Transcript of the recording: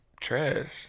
trash